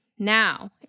Now